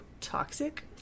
toxic